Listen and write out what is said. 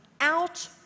out